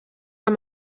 amb